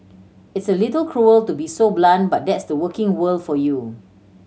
it's a little cruel to be so blunt but that's the working world for you